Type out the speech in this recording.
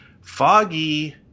Foggy